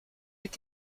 est